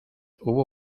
hubo